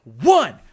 one